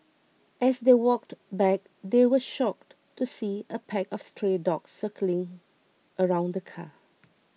as they walked back they were shocked to see a pack of stray dogs circling around the car